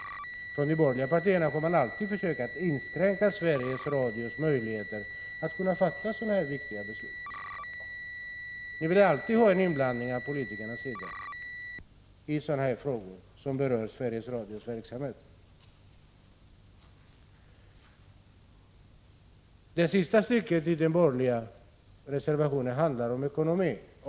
De borgerliga partierna har alltid försökt inskränka Sveriges 39 Prot. 1985/86:160 Radios möjligheter att kunna fatta sådana här viktiga beslut. Ni vill alltid ha en inblandning från politikernas sida i frågor som rör Sveriges Radios verksamhet. De sista raderna i den borgerliga reservationen 4 handlar om ekonomi.